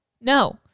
No